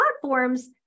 platforms